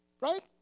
Right